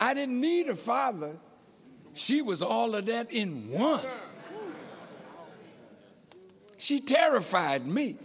i didn't need a father she was all of that in one she terrified me